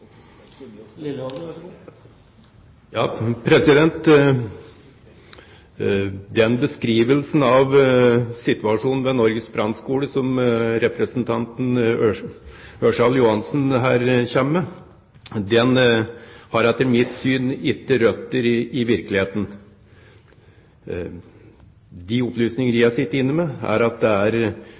Den beskrivelsen av situasjonen ved Norges brannskole som representanten Ørsal Johansen her kommer med, den har etter mitt syn ikke røtter i virkeligheten. Etter de opplysningene jeg sitter inne med, er det stor nok forlegningskapasitet, det er